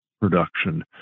production